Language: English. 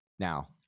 Now